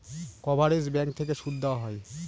coverage bank থেকে সুদ দেওয়া হয়